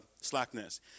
slackness